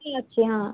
ଅଛି ହଁ